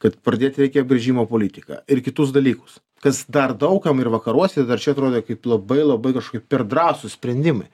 kad pradėt reikia apgręžimo politiką ir kitus dalykus kas dar daug kam ir vakaruose ir dar čia atrodė kaip labai labai kažkokie per drąsūs sprendimai